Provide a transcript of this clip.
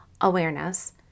awareness